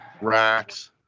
racks